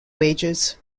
wages